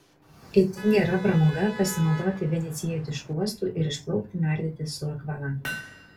itin gera pramoga pasinaudoti venecijietišku uostu ir išplaukti nardyti su akvalangu